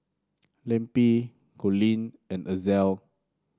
Lempi Colleen and Ezell